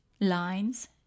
lines